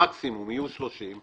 המקסימום יהיו 30,